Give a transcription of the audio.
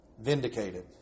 vindicated